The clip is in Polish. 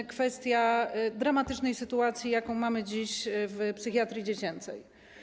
To kwestia dramatycznej sytuacji, jaką mamy dziś w psychiatrii dziecięcej.